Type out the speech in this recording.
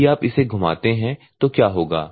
यदि आप इसे घुमाते हैं तो क्या होगा